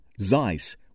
Zeiss